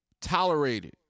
tolerated